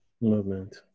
Movement